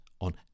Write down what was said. on